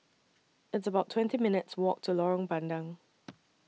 It's about twenty minutes' Walk to Lorong Bandang